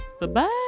Bye-bye